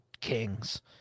Kings